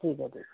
ठीक आहे ठीक